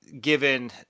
given